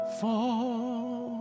fall